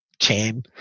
chain